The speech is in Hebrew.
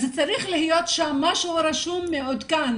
אז צריך להיות שם משהו רשום, מעודכן,